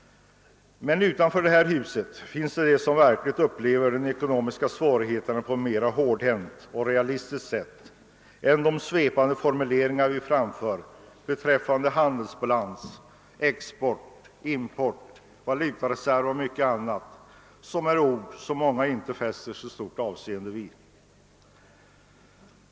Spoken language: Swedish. Men utanför det här huset finns det en mängd män niskor som upplever de ekonomiska svårigheterna mera hårdhänt och realistiskt än vad som motiveras av de svepande formuleringar vi här framför beträffande handelsbalans. export, import, valutareserv och mycket annat, som för många bara är ord vilka de inte fäster så stort avseende vid.